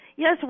Yes